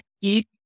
keep